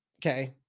Okay